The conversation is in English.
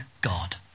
God